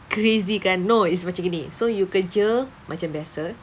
crazy kan no it's macam gini so you kerja macam biasa